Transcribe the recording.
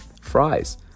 fries